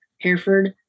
Hereford